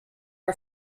are